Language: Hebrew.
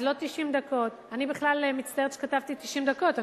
אז לא 90 דקות, אני בכלל מצטערת שכתבתי 90 דקות.